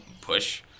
push